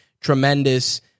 tremendous